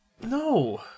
No